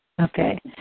Okay